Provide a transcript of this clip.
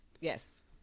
Yes